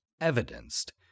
evidenced